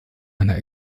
einer